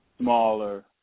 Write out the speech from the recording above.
smaller